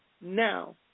Now